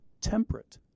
temperate